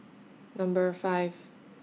Number five